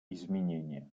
изменения